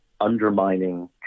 undermining